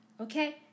Okay